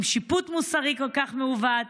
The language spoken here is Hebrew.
עם שיפוט מוסרי כל כך מעוות,